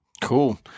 Cool